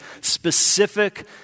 specific